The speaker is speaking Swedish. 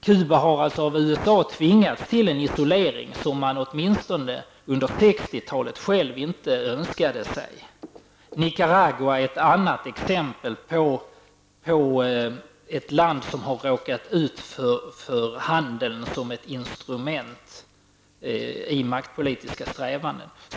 Cuba har av USA tvingats till en isolering som man åtminstone under 60-talet inte själv önskade sig. Nicaragua är ett annat exempel på ett land som har råkat ut för handeln som ett instrument i maktpolitiska strävanden.